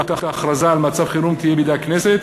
ההכרזה על מצב חירום תהיה בידי הכנסת,